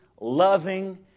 loving